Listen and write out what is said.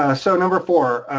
ah so number four,